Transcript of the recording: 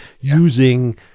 using